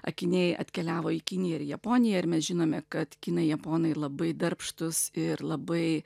akiniai atkeliavo į kiniją ir japoniją ir mes žinome kad kinai japonai labai darbštūs ir labai